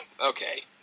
okay